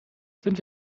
sind